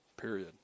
period